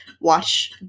watch